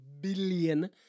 billion